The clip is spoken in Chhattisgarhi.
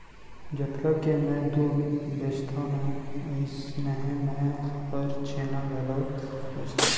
जतका के मैं दूद बेचथव ना अइसनहे मैं हर छेना घलौ बेचथॅव